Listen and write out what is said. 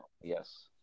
yes